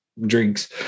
drinks